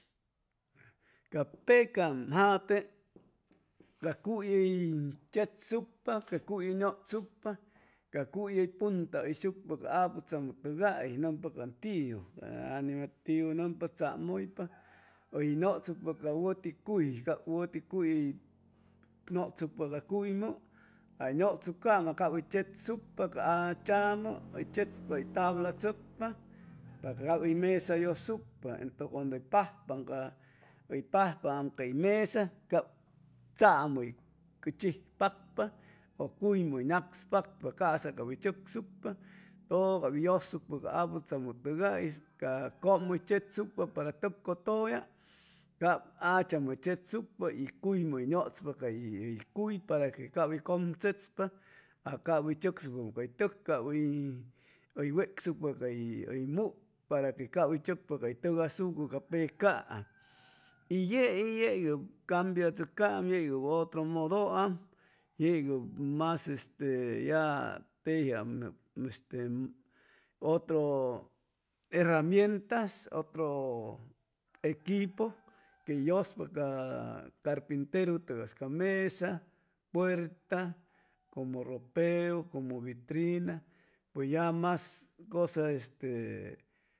Ca pecam jate ca cuy hʉy chetsucpa ca cuy hʉy nʉchsucpa ca cuy hʉy punta hʉyshucpa a aputzamʉtʉgais nʉmpa can tiu anima tiu nʉmpa tzamʉypa hʉy nʉchsucpa ca wʉti cuy cap wʉti cuy hʉy nʉchsucpa ca cuymʉ hay nʉchsucaam a cap chetsucpa ca achamʉ hʉy chechpa hʉy tabla chʉcpa pa cap hʉy mesa yʉsucpa entʉ donde pajpam hʉy pajpaam cay mesa cap tzamʉ hʉy chijpacpa ʉ cuymʉ hʉy nacspapa ca'sa cap hʉy chʉcsucpa todo cap yʉsucpa ca aputzamʉtʉgais ca cʉm hʉy chechsucpa para tʉk cʉtʉya cap achamʉ hʉy chechsucpa y cuymʉ hʉy nʉchpa cay cuy para que cap hʉy cʉm chechpa a cap hʉy chʉcsucpam cay tʉk cap hʉy hʉy wecsucpa hʉy hʉy muk para que cap hʉy chʉcpa cay tʉk asucʉ ca pecaam y yei yei cambiachʉcaam yei yeb otro modo am yeg mas este ya tejiam este otro herramienytas otro equipo que yʉspa ca ca carpinteru tʉgas ca mesa, puerta, como ropero, como bitrina pues ya mas cosa este